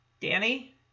Danny